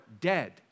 dead